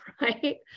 Right